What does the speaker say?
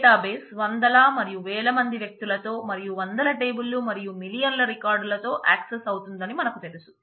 trigger అవుతుందని మనకు ఎలా తెలుసు